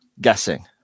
guessing